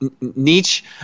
Nietzsche